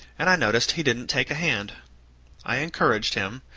and i noticed he didn't take a hand i encouraged him,